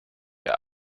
der